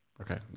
Okay